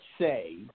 say